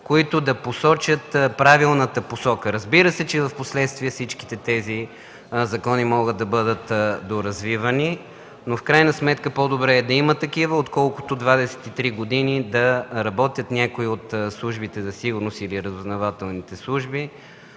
които да посочат правилната посока. Разбира се, че впоследствие всичките тези закони могат да бъдат доразвивани, но в крайна сметка по-добре е да има такива, отколкото 23 години да работят някои от службите за сигурност или разузнавателните служби